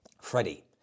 Freddie